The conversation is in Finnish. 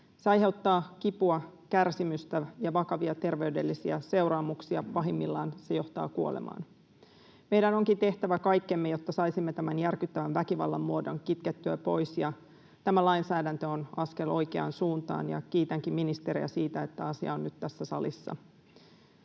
Se aiheuttaa kipua, kärsimystä ja vakavia terveydellisiä seuraamuksia. Pahimmillaan se johtaa kuolemaan. Meidän onkin tehtävä kaikkemme, jotta saisimme tämän järkyttävän väkivallan muodon kitkettyä pois, ja tämä lainsäädäntö on askel oikeaan suuntaan. Kiitänkin ministeriä siitä, että asia on nyt tässä salissa.